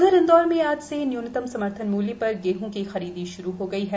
उधर इंदौर में आज से न्यूनतम समर्थन मूल्य पर गेहं की खरीदी श्रु की जाएगी